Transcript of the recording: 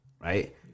right